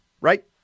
right